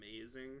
amazing